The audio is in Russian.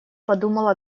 подумала